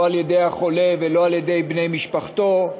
לא על-ידי החולה ולא על-ידי בני משפחתו,